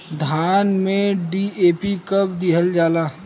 धान में डी.ए.पी कब दिहल जाला?